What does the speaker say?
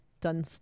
done